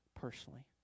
personally